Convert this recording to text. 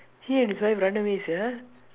he and his wife run away sia